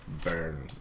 Burn